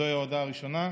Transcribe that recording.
זוהי ההודעה הראשונה.